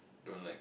don't like